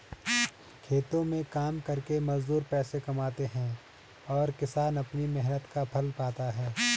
खेतों में काम करके मजदूर पैसे कमाते हैं और किसान अपनी मेहनत का फल पाता है